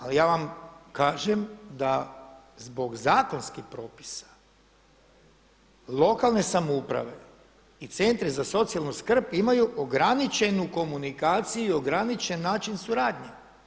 Ali ja vam kažem da zbog zakonskih propisa lokalne samouprave i Centri za socijalnu skrb imaju ograničenu komunikaciju, ograničen način suradnje.